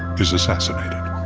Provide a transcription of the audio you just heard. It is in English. is assassinated.